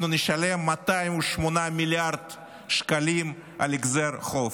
רק השנה אנחנו נשלם 208 מיליארד שקלים על החזר חוב,